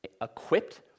equipped